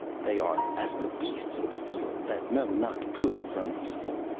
they are as the beasts of the field that know not good from evil,